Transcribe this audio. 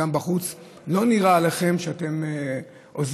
גם בחוץ: לא נראה עליכם שאתה עוזבים,